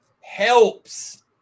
helps